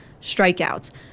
strikeouts